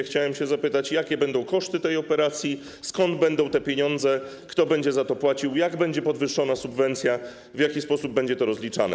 Chciałem zapytać, jakie będą koszty tej operacji, skąd będą te pieniądze, kto będzie za to płacił, jak będzie podwyższona subwencja i w jaki sposób będzie to rozliczane.